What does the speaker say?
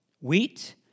Wheat